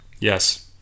yes